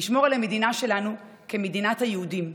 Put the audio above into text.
לשמור על המדינה שלנו כמדינת היהודים,